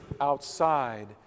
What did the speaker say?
outside